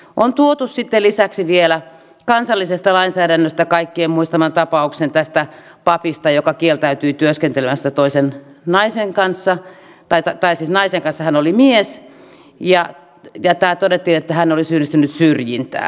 on tuotu lisäksi vielä kansallisesta lainsäädännöstä kaikkien muistama tapaus papista joka kieltäytyi työskentelemästä naisen kanssa hän oli mies ja todettiin että hän oli syyllistynyt syrjintään